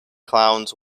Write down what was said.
clowns